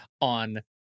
on